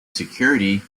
security